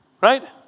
right